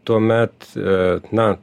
tuomet na